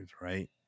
right